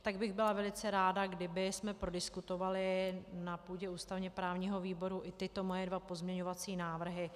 Tak bych byla velice ráda, kdybychom prodiskutovali na půdě ústavněprávního výboru i tyto moje dva pozměňovací návrhy.